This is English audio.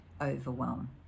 overwhelm